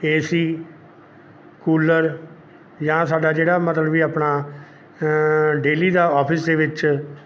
ਏ C cooler ਜਾਂ ਸਾਡਾ ਜਿਹੜਾ ਮਤਲਬ ਵੀ ਆਪਣਾ ਡੇਲੀ ਦਾ ਓਫਿਸ ਦੇ ਵਿੱਚ